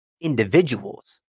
individuals